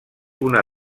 una